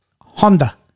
Honda